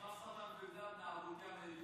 (אומר בערבית: